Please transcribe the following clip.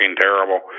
terrible